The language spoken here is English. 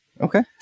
Okay